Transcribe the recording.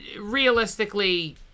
Realistically